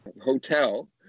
hotel